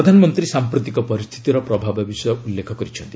ପ୍ରଧାନମନ୍ତ୍ରୀ ସାମ୍ପ୍ରତିକ ପରିସ୍ଥିତିର ପ୍ରଭାବ ବିଷୟରେ ଉଲ୍ଲେଖ କରିଛନ୍ତି